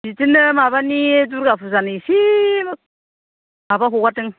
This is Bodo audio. बिदिनो माबानि दुर्गा फुजानि एसे माबा हगारदों